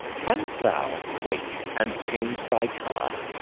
canst thou quake and change thy colour,